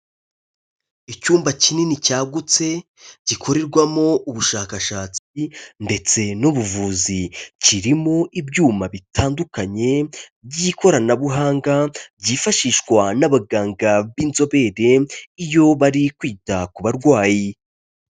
Icyumba kinini cyagutse, gikorerwamo ubushakashatsi ndetse n'ubuvuzi, kirimo ibyuma bitandukanye by'ikoranabuhanga byifashishwa n'abaganga b'inzobere iyo bari kwita ku barwayi.